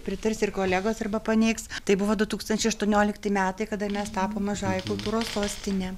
pritars ir kolegos arba paneigs tai buvo du tūkstančiai aštuoniolikti metai kada mes tapom mažąja kultūros sostine